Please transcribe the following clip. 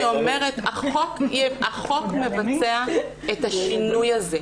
החוק מבצע את השינוי הזה.